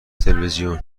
تلویزیون